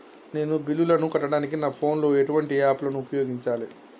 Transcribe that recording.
నేను బిల్లులను కట్టడానికి నా ఫోన్ లో ఎటువంటి యాప్ లను ఉపయోగించాలే?